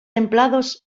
templados